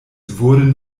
wurden